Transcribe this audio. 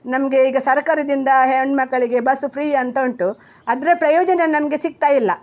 ನಮಗೆ ಈಗ ಸರಕಾರದಿಂದ ಹೆಣ್ಣುಮಕ್ಕಳಿಗೆ ಬಸ್ ಫ್ರೀ ಅಂತ ಉಂಟು ಅದರ ಪ್ರಯೋಜನ ನಮಗೆ ಸಿಗ್ತಾ ಇಲ್ಲ